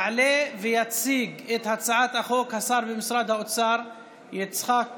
יעלה ויציג את הצעת החוק השר במשרד האוצר יצחק כהן,